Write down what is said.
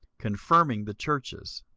confirming the churches.